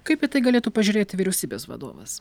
kaip į tai galėtų pažiūrėti vyriausybės vadovas